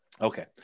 Okay